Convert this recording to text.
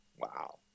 wow